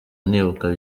nibuka